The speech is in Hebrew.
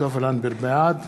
בעד